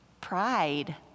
pride